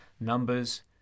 numbers